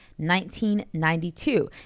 1992